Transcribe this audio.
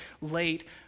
late